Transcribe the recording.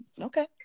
Okay